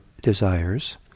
desires